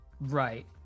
right